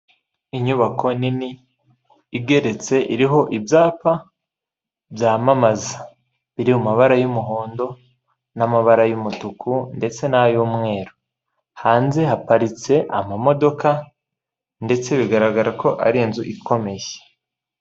Inyubako nini igeretse iriho ibyapa byamamaza biri mu mabara y'umuhondo n'amabara yumutuku ndetse n'ay'umweru hanze, haparitse amamodoka ndetse bigaragara ko ari inzu ikomeye.